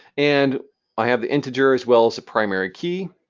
and i have the integer as well as the primary key.